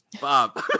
Bob